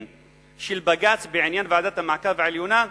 של בג"ץ בעניין ועדת המעקב העליונה,